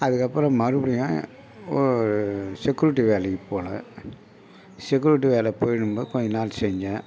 அதுக்கப்புறம் மறுபடியும் ஒரு செக்குரிட்டி வேலைக்கு போனேன் செக்குரிட்டி வேலைக்கு போய்கிட்டுருக்கும்போது கொஞ்ச நாள் செஞ்சேன்